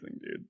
dude